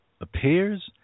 appears